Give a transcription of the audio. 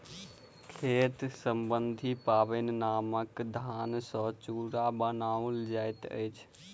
खेती सम्बन्धी पाबनिमे नबका धान सॅ चूड़ा बनाओल जाइत अछि